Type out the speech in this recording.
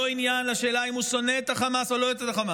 לא עניין לשאלה אם הוא שונא את חמאס או לא שונא את חמאס,